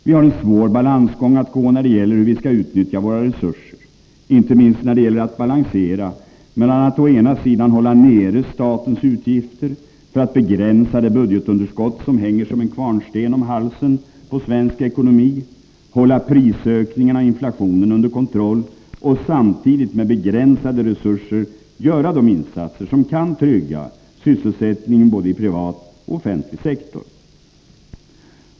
Vi har en svår balansgång att gå när det gäller hur vi skall utnyttja våra resurser. Inte minst gäller det att balansera mellan att å ena sidan hålla nere statens utgifter för att begränsa det budgetunderskott som hänger som en kvarnsten om halsen på svensk ekonomi, hålla prisökningarna och inflationen under kontroll och å andra sidan med begränsade resurser göra de insatser som kan trygga sysselsättningen både i privat och offentlig sektor.